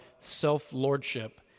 self-lordship